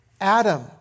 Adam